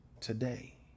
today